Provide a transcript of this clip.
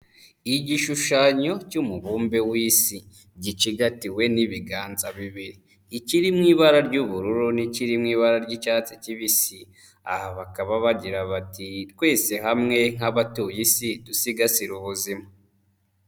Igishushanyo cy'umubumbe w'Isi gicigatiwe n'ibiganza bibiri, ikiri mu ibara ry'ubururu n'ikiri mu ibara ry'icyatsi kibisi, aha bakaba bagira bati '' twese hamwe nk'abatuye Isi dusigasire ubuzima''.